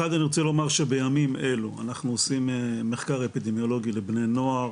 אחד אני רוצה לומר שבימים אלו אנחנו עושים מחקר אפידמיולוגי לבני נוער